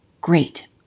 Great